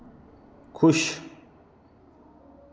खुश